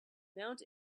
mount